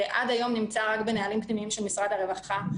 זה עד היום נמצא רק בנהלים פנימיים של משרד הרווחה.